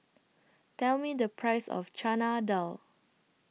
Tell Me The Price of Chana Dal